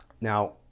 Now